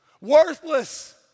Worthless